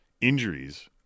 injuries